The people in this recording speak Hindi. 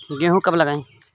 गेहूँ कब लगाएँ?